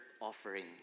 offering